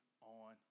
on